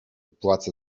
płacę